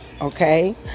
okay